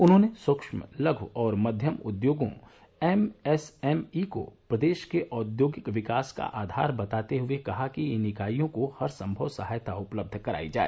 उन्होंने सूक्ष्म लघ् और मध्यम उद्योगों एमएसएमई को प्रदेश के औद्योगिक विकास का आधार बताते हए कहा कि इन इकाइयों को हरसंमव सहायता उपलब्ध करायी जाए